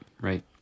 right